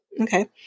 Okay